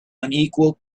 unequal